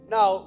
Now